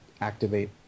activate